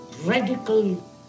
radical